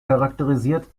charakterisiert